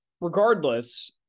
Regardless